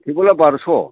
टेबोला बार'स'